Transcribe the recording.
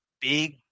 big